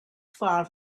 far